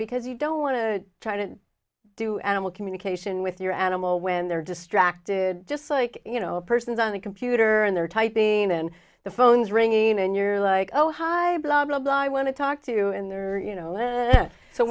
because you don't want to try to do animal communication with your animal when they're distracted just like you know a person is on the computer and they're typing in the phone's ringing and you're like oh hi blah blah blah i want to talk to you in there you know so